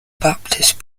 baptist